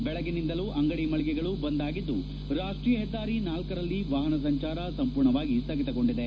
ಬೆಳಗ್ಗೆಯಿಂದಲೂ ಅಂಗಡಿ ಮಳಿಗೆಗಳು ಬಂದ್ ಆಗಿದ್ದು ರಾಷ್ಟೀಯ ಹೆದ್ದಾರಿ ನಾಲ್ಕರಲ್ಲಿ ವಾಹನ ಸಂಚಾರ ಸಂಪೂರ್ಣವಾಗಿ ಸ್ಥಗಿತಗೊಂಡಿದೆ